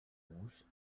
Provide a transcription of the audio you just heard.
bouche